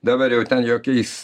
dabar jau ten jokiais